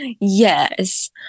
Yes